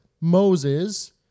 Moses